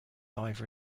live